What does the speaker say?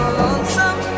lonesome